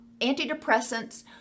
antidepressants